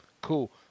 cool